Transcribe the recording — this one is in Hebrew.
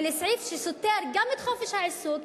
ולסעיף שסותר גם את חופש העיסוק,